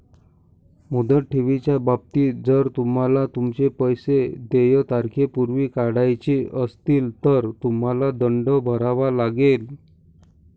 मुदत ठेवीच्या बाबतीत, जर तुम्हाला तुमचे पैसे देय तारखेपूर्वी काढायचे असतील, तर तुम्हाला दंड भरावा लागेल